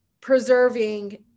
preserving